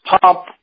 top